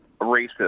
racist